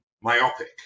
myopic